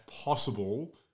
possible